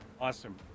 Awesome